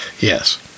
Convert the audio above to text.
Yes